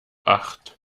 acht